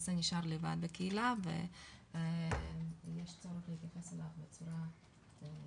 למעשה נשאר לבד בקהילה ויש צורך להתייחס לכך הצורה ייחודית.